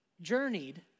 journeyed